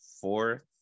fourth